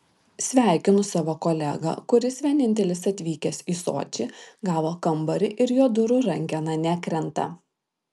sveikinu savo kolegą kuris vienintelis atvykęs į sočį gavo kambarį ir jo durų rankena nekrenta